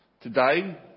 today